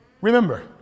Remember